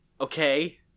okay